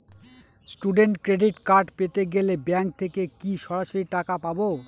Student credit card পেতে গেলে bank থেকে কি সরাসরি টাকা পাবো?